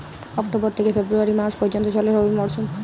October থেকে February মাস পর্যন্ত চলে রবি মরসুম